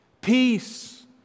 peace